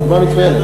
דוגמה מצוינת,